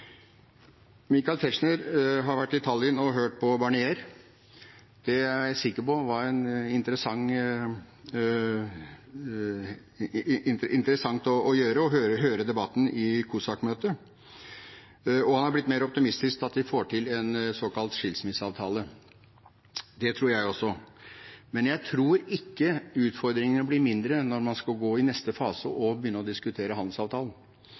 Michael Tetzschner har vært i Tallinn og hørt på Barnier. Det er jeg sikker på var interessant, å høre debatten i COSAC-møtet. Han er blitt mer optimistisk til at vi får til en såkalt skilsmisseavtale. Det tror jeg også. Men jeg tror ikke utfordringene blir mindre når man skal gå inn i neste fase og begynne å diskutere handelsavtalen.